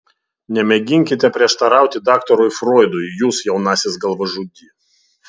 nemėginkite prieštarauti daktarui froidui jūs jaunasis galvažudy